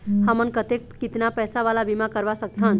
हमन कतेक कितना पैसा वाला बीमा करवा सकथन?